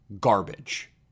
garbage